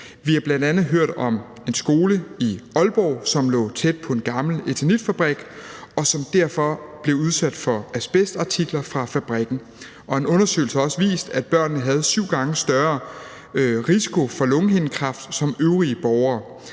Vi har bl.a. hørt om en skole i Aalborg, som lå tæt på en gammel eternitfabrik, og som derfor blev udsat for asbestpartikler fra fabrikken. Og en undersøgelse har også vist, at børnene havde syv gange større risiko for lungehindekræft end øvrige borgere.